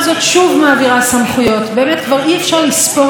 שהכנסת הזאת נאלצה לאשר לממשלה הזאת.